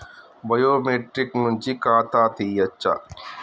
Biometric నుంచి ఖాతా తీయచ్చా?